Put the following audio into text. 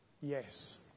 Yes